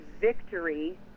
victory